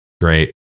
Great